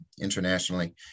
internationally